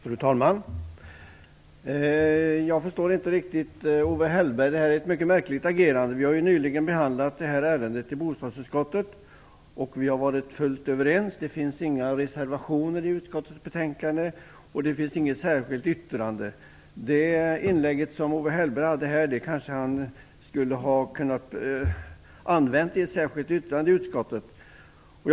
Fru talman! Jag förstår inte riktigt Owe Hellbergs mycket märkliga agerande. Vi har nyligen behandlat det här ärendet i bostadsutskottet, och vi har varit fullt överens. Det finns inga reservationer vid utskottets betänkande, och det finns inget särskilt yttrande. Det inlägg som Owe Hellberg nu gjort skulle han kanske ha kunnat lägga till grund för ett särskilt yttrande till utskottet.